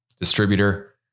Distributor